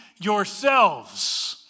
yourselves